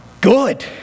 good